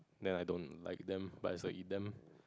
then I don't like them but so eat them